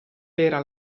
era